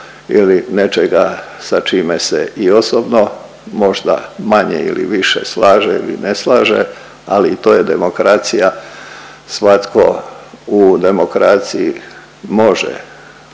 ili nečega sa čime se i osobno možda manje ili više slaže ili ne slaže, ali i to je demokracija, svatko u demokraciji može